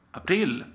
april